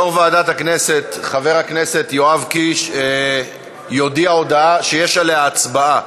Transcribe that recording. יושב-ראש ועדת הכנסת חבר הכנסת יואב קיש יודיע הודעה שיש עליה הצבעה.